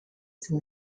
and